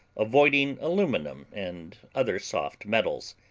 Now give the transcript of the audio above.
avoiding aluminum and other soft metals.